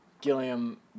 Gilliam